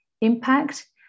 impact